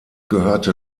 gehörte